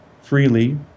freely